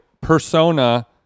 persona